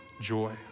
joy